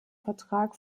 vertrag